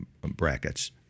brackets